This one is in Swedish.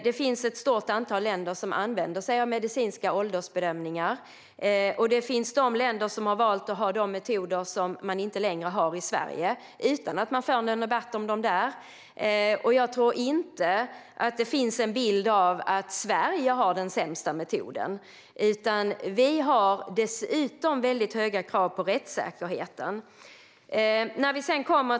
Det finns ett stort antal länder som använder sig av medicinska åldersbedömningar, och det finns länder som har valt att använda sig av de metoder som man inte längre har i Sverige - utan att man för någon debatt om dem där. Jag tror inte att det finns en bild av att Sverige har den sämsta metoden, utan vi har dessutom höga krav på rättssäkerheten.